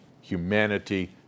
humanity